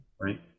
Right